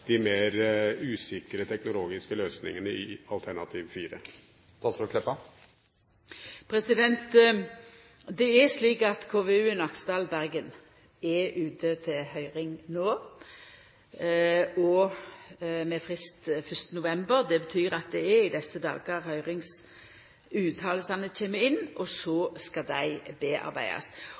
usikre teknologiske løsningene i alternativ fire? Det er slik at KVU-en Aksdal–Bergen er ute til høyring no, med frist 1. november. Det betyr at det er i desse dagar at høyringsutsegnene kjem inn. Så skal dei